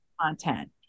content